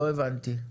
לא הבנתי.